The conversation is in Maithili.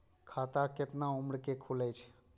खाता केतना उम्र के खुले छै?